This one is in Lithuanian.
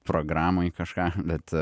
programoj kažką bet